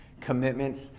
commitments